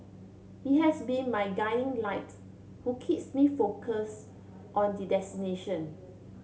he has been my guiding light who keeps me focus on the destination